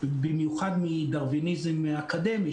במיוחד מדרוויניזם אקדמי,